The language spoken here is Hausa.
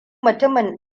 mutumin